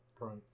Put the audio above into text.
Right